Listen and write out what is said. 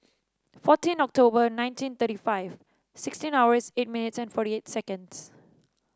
fourteen October nineteen thirty five sixteen hours eight minutes forty eight seconds